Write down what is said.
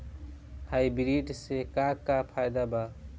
Hybrid से का का फायदा बा?